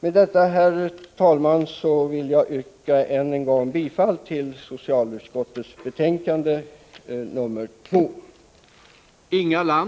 Med detta, herr talman, vill jag än en gång yrka bifall till socialutskottets hemställan.